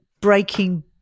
breaking